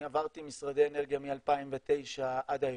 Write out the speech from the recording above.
אני עברתי משרדי אנרגיה מ-2009 עד היום,